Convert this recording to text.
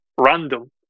random